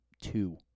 two